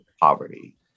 poverty